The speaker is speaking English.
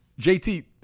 JT